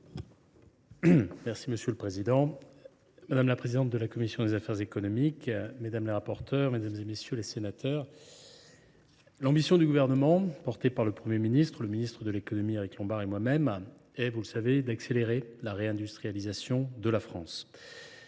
Monsieur le président, madame la présidente de la commission des affaires économiques, mesdames, monsieur les rapporteurs, mesdames, messieurs les sénateurs, l’ambition du Gouvernement, portée par le Premier ministre, le ministre de l’économie Éric Lombard et moi même, est d’accélérer la réindustrialisation de la France.